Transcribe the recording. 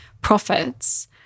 profits